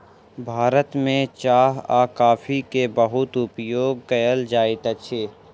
भारत में चाह आ कॉफ़ी के बहुत उपयोग कयल जाइत अछि